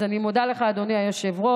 אז אני מודה לך, אדוני היושב-ראש,